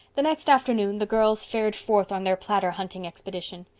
the next afternoon the girls fared forth on their platter hunting expedition.